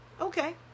okay